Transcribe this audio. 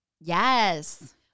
Yes